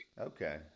Okay